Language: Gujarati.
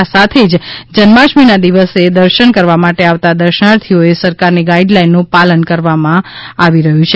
આ સાથે જ જન્માષ્ટમીના દિવસે દર્શન કરવા માટે આવતા દર્શનાર્થીઓએ સરકારની ગાઇડલાઇનનું પાલન કરવામાં આવી રહ્યું છે